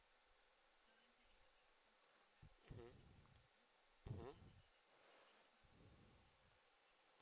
mmhmm mmhmm